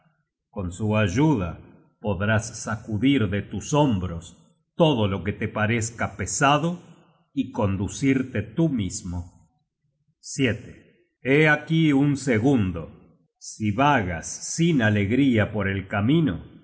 con su ayuda podrás sacudir de tus hombros todo lo que te parezca pesado y conducirte tú mismo hé aquí un segundo si vagas sin alegría por el camino